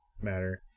matter